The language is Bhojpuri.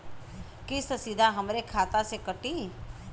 किस्त सीधा हमरे खाता से कटी?